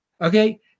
Okay